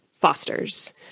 fosters